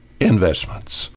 investments